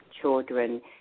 children